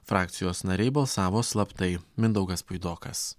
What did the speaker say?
frakcijos nariai balsavo slaptai mindaugas puidokas